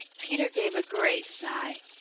peter gave a great sigh.